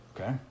Okay